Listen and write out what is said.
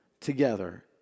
together